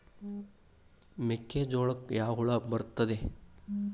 ಮೆಕ್ಕೆಜೋಳಕ್ಕೆ ಯಾವ ಹುಳ ಬರುತ್ತದೆ?